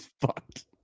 fucked